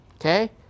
okay